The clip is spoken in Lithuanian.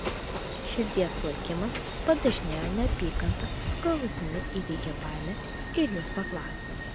širdies plakimas padažnėjo neapykanta galutinai įveikė baimę ir jis paklausė